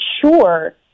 sure